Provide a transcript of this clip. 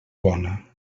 bona